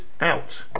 out